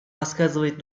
рассказывать